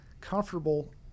comfortable